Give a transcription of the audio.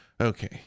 Okay